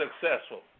successful